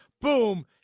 Boom